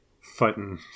fighting